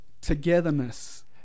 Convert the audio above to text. togetherness